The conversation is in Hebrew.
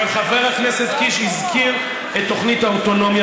אבל חבר הכנסת קיש הזכיר את תוכנית האוטונומיה